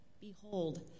Behold